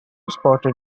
spotted